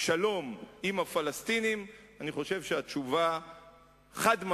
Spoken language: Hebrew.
שלום עם הפלסטינים, אני חושב שהתשובה החד-משמעית,